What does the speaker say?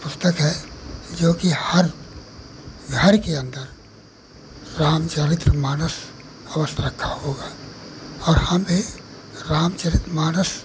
पुस्तक है जोकि हर घर के अन्दर रामचारितमानस अवश्य रखा होगा और हमें रामचरितमानस